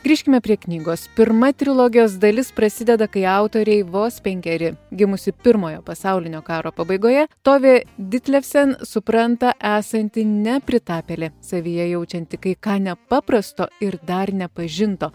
grįžkime prie knygos pirma trilogijos dalis prasideda kai autorei vos penkeri gimusi pirmojo pasaulinio karo pabaigoje tovė ditlefsen supranta esanti nepritapėlė savyje jaučianti kai ką nepaprasto ir dar nepažinto